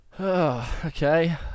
Okay